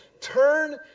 turn